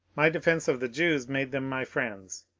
my defence of the jews made them my friends,